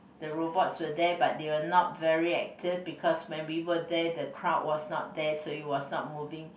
the robots were there but they were not very active because when we were there the crowd was not there so it was not moving